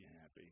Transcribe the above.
happy